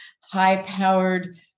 high-powered